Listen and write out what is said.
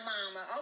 Mama